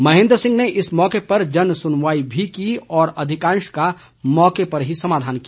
महेंद्र सिंह ने इस मौके पर जनसुनवाई भी की और अधिकांश का मौके पर ही समाधान किया